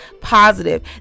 positive